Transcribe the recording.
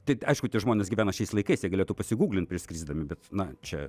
tik aišku tie žmonės gyvena šiais laikais jie galėtų pasiguglint prieš skrisdami bet na čia